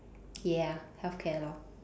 ya healthcare lor